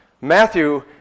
Matthew